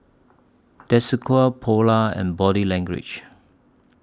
Desigual Polar and Body Language